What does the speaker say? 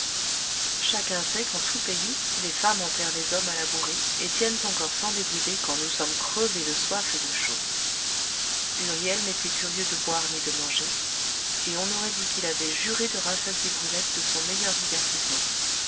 chacun sait qu'en tout pays les femmes enterrent les hommes à la bourrée et tiennent encore sans débrider quand nous sommes crevés de soif et de chaud huriel n'était curieux de boire ni de manger et on aurait dit qu'il avait juré de rassasier brulette de son meilleur divertissement